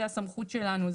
זה הסמכות שלנו,